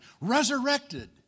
resurrected